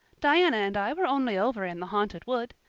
diana and i were only over in the haunted wood.